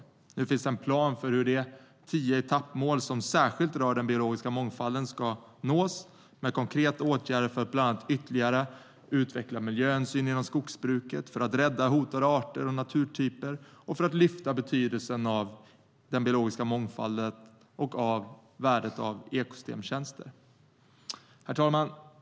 Det finns en plan för hur de tio etappmål som särskilt rör den biologiska mångfalden ska nås med konkreta åtgärder för att bland annat ytterligare utveckla miljöhänsynen inom skogsbruket, för att rädda hotade arter och naturtyper och för att lyfta fram betydelsen av den biologiska mångfalden och värdet av ekosystemtjänster. Herr talman!